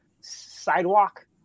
sidewalk